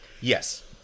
Yes